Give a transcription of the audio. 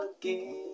again